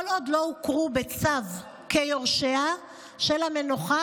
כל עוד לא הוכרו בצו כיורשיה של המנוחה,